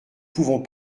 pouvons